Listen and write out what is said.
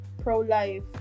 Pro-life